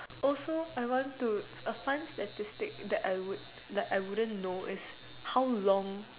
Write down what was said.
also I want to a fun statistic that I that I wouldn't know is how long